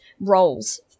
roles